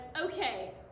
okay